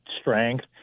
strength